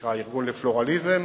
מהמרכז לפלורליזם,